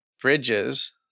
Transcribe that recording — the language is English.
Bridges